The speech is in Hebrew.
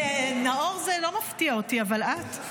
נאור זה לא מפתיע אותי, אבל את?